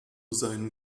seinen